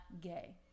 gay